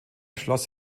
schloss